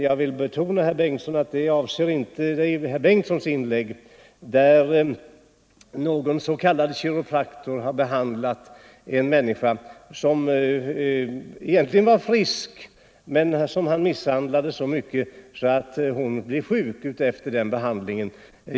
Jag vill betona att jag med detta inte Onsdagen den kiropraktor har behandlat en människa som egentligen varit frisk men som 30 oktober 1974 han misshandlade så mycket att hon blivit sjuk efter behandlingen.